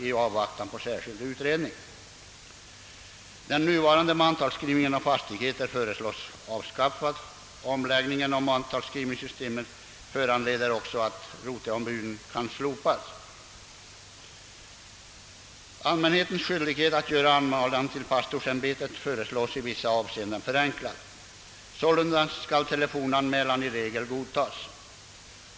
I övrigt har Den nuvarande mantalsskrivningen av fastigheter föreslås också avskaffad, och omläggningen av mantalsskrivningssystem föranleder ett slopande av roteombuden. Allmänhetens skyldighet att göra anmälan till pastorsämbetet föreslås i vissa avseenden förenklad. Telefonanmälan skall sålunda i regel godtas.